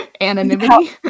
Anonymity